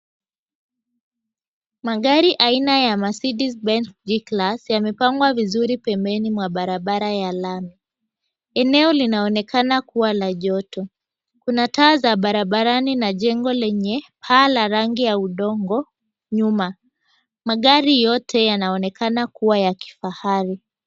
Magari aina ya Mercedes Benz G-Class, yamepangwa vizuri pembeni mwa barabara ya lami. Eneo linaonekana kuwa la joto. Kuna taa za barabarani na jengo lenye paa la rangi ya udongo nyuma. Magari yote yanaonekana kuwa ya kifahari.